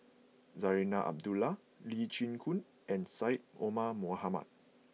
Zarinah Abdullah Lee Chin Koon and Syed Omar Mohamed